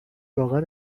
واقعا